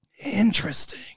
Interesting